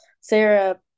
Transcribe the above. Sarah